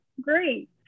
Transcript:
great